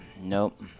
nope